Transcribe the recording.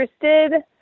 interested